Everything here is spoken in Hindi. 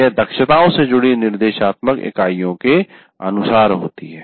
यह दक्षताओं से जुड़ी निर्देशात्मक इकाइयों के अनुसार होती है